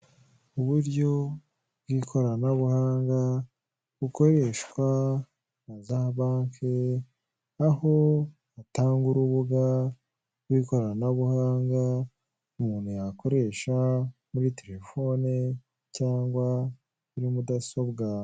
Uburyo bw'ikoranabuhanga bukoreshwa na za banke, aho batanga urubuga rw'ikoranabuhanga umuntu yakoreshwa muri telefone cyangwa mudasobwa.